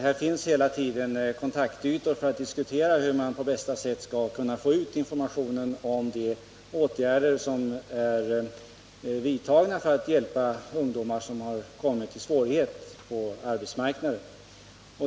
Här finns hela tiden kontaktytor, så att man kan diskutera hur man på bästa möjliga sätt skall kunna få ut informationen om de åtgärder som vidtagits för att hjälpa de ungdomar som råkat i svårigheter på arbetsmarknaden.